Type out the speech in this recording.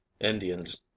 indians